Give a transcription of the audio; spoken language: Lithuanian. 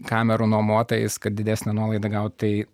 kamerų nuomotojais kad didesnę nuolaidą gaut tai